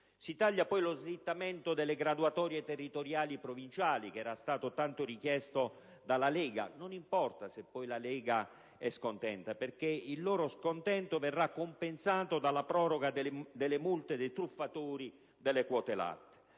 Si taglia lo slittamento delle graduatorie territoriali e provinciali, tanto richiesto dalla Lega. Non importa se poi la Lega è scontenta, perché il loro scontento verrà compensato dalla proroga delle multe dei truffatori delle quote latte.